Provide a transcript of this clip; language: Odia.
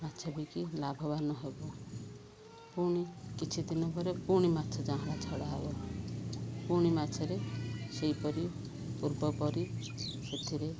ମାଛ ବିକି ଲାଭବାନ ହବୁ ପୁଣି କିଛିଦିନ ପରେ ପୁଣି ମାଛ ଯାଆଁଳା ଛଡ଼ା ହବ ପୁଣି ମାଛରେ ସେହିପରି ପୂର୍ବପରି ସେଥିରେ